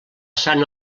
sant